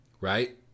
Right